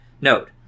note